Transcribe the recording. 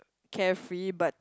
carefree but